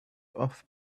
off